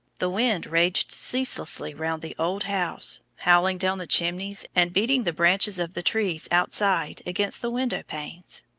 the wind raged ceaselessly round the old house, howling down the chimneys, and beating the branches of the trees outside against the window panes.